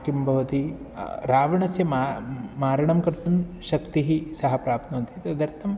किं भवति रावणस्य मा मारणं कर्तुं शक्तिः सः प्राप्नोति तदर्थं